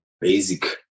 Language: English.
basic